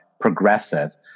progressive